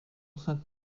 sainte